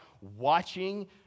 watching